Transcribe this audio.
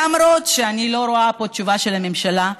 למרות שאני לא רואה פה תשובה של הממשלה,